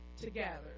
together